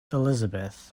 elizabeth